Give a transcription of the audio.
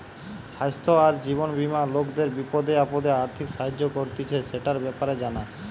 স্বাস্থ্য আর জীবন বীমা লোকদের বিপদে আপদে আর্থিক সাহায্য করতিছে, সেটার ব্যাপারে জানা